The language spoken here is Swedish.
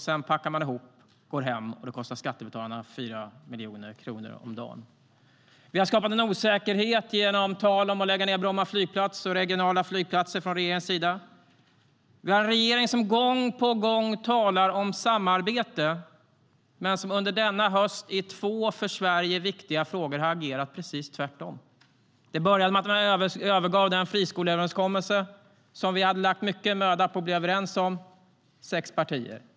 Sedan packar man ihop och går hem, och det kostar skattebetalarna 4 miljoner kronor om dagen. Det har skapats en osäkerhet genom tal från regeringens sida om att lägga ned Bromma flygplats och regionala flygplatser. Vi har en regering som gång på gång talar om samarbete men som under denna höst i två för Sverige viktiga frågor har agerat precis tvärtom. Det började med att man övergav den friskoleöverenskommelse som vi hade lagt mycket möda på att sex partier skulle bli överens om.